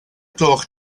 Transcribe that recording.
gloch